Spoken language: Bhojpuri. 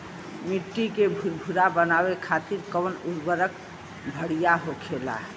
मिट्टी के भूरभूरा बनावे खातिर कवन उर्वरक भड़िया होखेला?